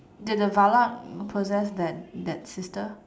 did the Valak possess that that sister